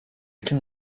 can